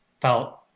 felt